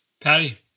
Patty